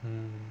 mm